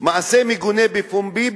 מעשה מגונה בפומבי,